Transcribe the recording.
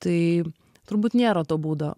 tai turbūt nėra to būdo